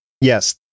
Yes